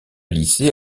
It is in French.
lycée